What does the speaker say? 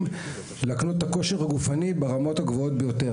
להקנות את הכושר הגופני ברמות הגבוהות ביותר,